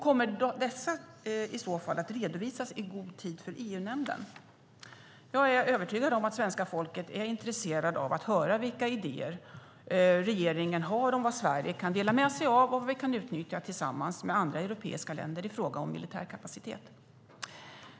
Kommer dessa i så fall att redovisas i god tid för EU-nämnden? Jag är övertygad om att svenska folket är intresserat av att höra vilka idéer regeringen har om vad Sverige kan dela med sig av och om vad vi kan utnyttja tillsammans med andra europeiska länder i fråga om militär kapacitet.